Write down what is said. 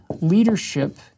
leadership